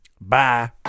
Bye